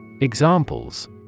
Examples